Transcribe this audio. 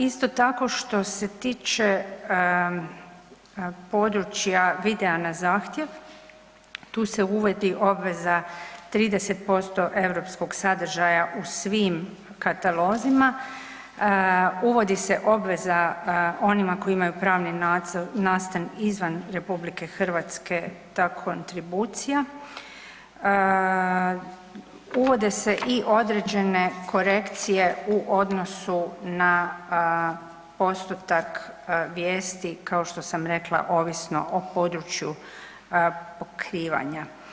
Isto tako što se tiče područja videa na zahtjev, tu se uvodi obveza 30% europskog sadržaja u svim katalozima, uvodi se obveza onima koji imaju pravni nastan izvan RH ta kontribucija, uvode se i određene korekcije u odnosu na postotak vijesti kao što sam rekla ovisno o području pokrivanja.